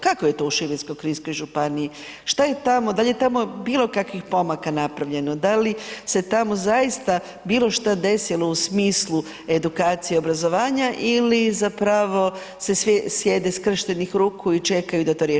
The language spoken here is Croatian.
Kako je to u Šibensko-kninskoj županiji, šta je tamo, dal je tamo bilo kakvih pomaka napravljeno, da li se tamo zaista bilo šta desilo u smislu edukacije, obrazovanja ili zapravo se svi sjede skrštenih ruku i čekaju da to riješi netko drugi?